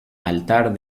altar